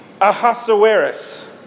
Ahasuerus